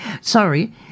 Sorry